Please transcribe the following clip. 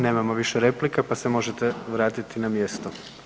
Nemamo više replika pa se možete vratiti na mjesto.